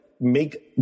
make